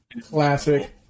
Classic